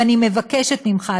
ואני מבקשת ממך,